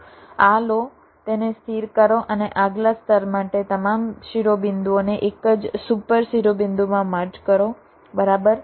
આ લો તેને સ્થિર કરો અને આગલા સ્તર માટે તમામ શિરોબિંદુઓને એક જ સુપર શિરોબિંદુમાં મર્જ કરો બરાબર